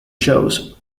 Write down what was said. shows